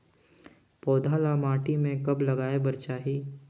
पौधा ल माटी म कब लगाए बर चाही?